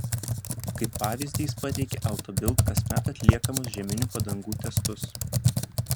kaip pavyzdį jis pateikė auto bild kasmet atliekamus žieminių padangų testus